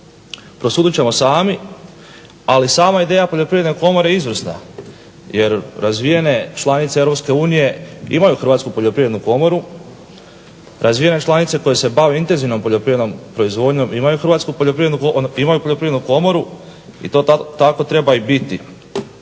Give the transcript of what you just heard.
prosudit ćemo sami, ali sama ideja Poljoprivredne komore je izvrsna. Jer razvijene članice Europske unije imaju Hrvatsku poljoprivrednu komoru, razvijene članice koje se bave intenzivno poljoprivrednom proizvodnjom imaju Poljoprivrednu komoru i to tako treba i biti.